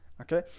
Okay